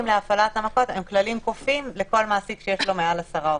להפעלת --- הם כללים כופים לכל מעסיק שיש לו מעל עשרה עובדים.